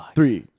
Three